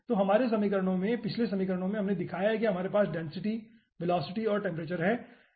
तो हमारे समीकरणों में पिछले समीकरणों में हमने दिखाया है कि हमारे पास डेंसिटी वेलोसिटी और टेम्परेचर है